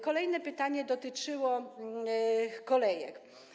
Kolejne pytanie dotyczyło kolejek.